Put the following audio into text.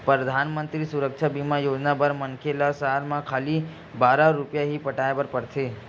परधानमंतरी सुरक्छा बीमा योजना बर मनखे ल साल म खाली बारह रूपिया ही पटाए बर परथे